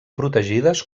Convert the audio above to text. protegides